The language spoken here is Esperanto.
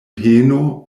peno